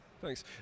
Thanks